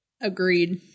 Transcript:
Agreed